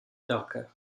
darker